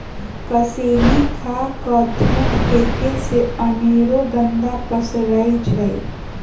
कसेलि खा कऽ थूक फेके से अनेरो गंदा पसरै छै